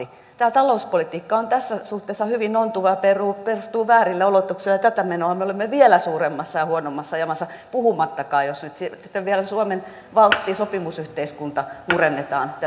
tämä talouspolitiikka on tässä suhteessa hyvin ontuvaa ja perustuu väärille oletuksille ja tätä menoa me olemme vielä suuremmassa ja huonommassa jamassa puhumattakaan että jos sitten vielä suomen valtti sopimusyhteiskunta murennetaan tätä myötä